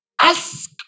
ask